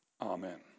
Amen